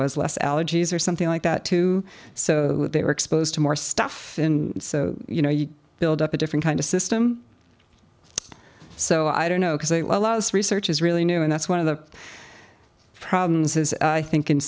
was less allergies or something like that too so that they were exposed to more stuff so you know you build up a different kind of system so i don't know because it allows research is really new and that's one of the problems is think in